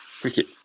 cricket